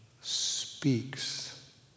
speaks